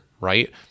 right